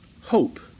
hope